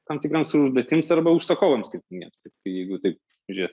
tam tikroms užduotims arba užsakovams kaip minėjot taip tai jeigu taip žiūrėt